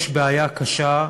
יש בעיה קשה,